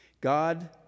God